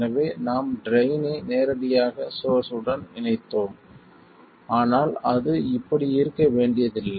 எனவே நாம் ட்ரைன் ஐ நேரடியாக சோர்ஸ் உடன் இணைத்தோம் ஆனால் அது இப்படி இருக்க வேண்டியதில்லை